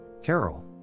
Carol